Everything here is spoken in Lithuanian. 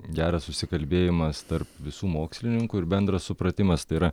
geras susikalbėjimas tarp visų mokslininkų ir bendras supratimas tai yra